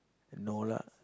no lah